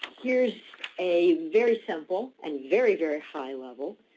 here's a very simple and very, very high level,